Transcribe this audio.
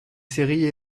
séries